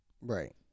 Right